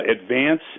advance